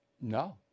No